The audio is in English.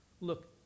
Look